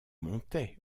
montait